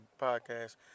podcast